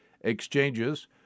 Exchanges